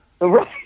Right